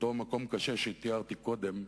אותו מקום קשה שתיארתי קודם,